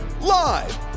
Live